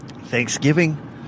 Thanksgiving